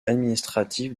administratifs